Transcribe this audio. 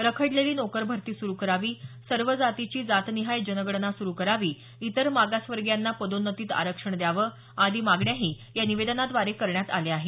रखडलेली नोकर भरती सुरू करावी सर्व जातीची जातनिहाय जनगणना सुरू करावी इतर मागासवर्गीयांना पदोन्नतीत आरक्षण द्यावं आदी मागण्याही या निवेदनाद्वारे करण्यात आल्या आहेत